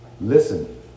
Listen